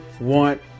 want